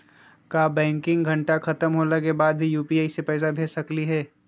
का बैंकिंग घंटा खत्म होवे के बाद भी यू.पी.आई से पैसा भेज सकली हे?